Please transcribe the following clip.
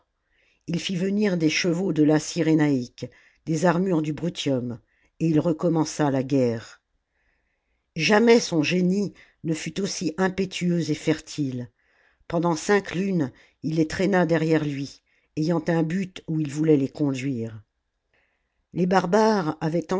ii fit venir des chevaux de la cyrénaïque des armures du brutium et il recommença la guerre jamais son génie ne fut aussi impétueux et fertile pendant cinq lunes il les traîna derrière lui ayant un but où il voulait les conduire les barbares